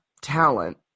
talent